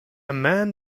man